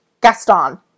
Gaston